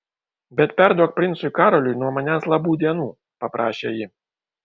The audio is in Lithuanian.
bet perduok princui karoliui nuo manęs labų dienų paprašė ji